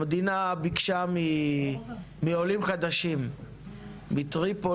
המדינה ביקשה מעולים חדשים מטריפולי